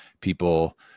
people